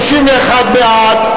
31 בעד,